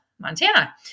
Montana